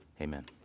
amen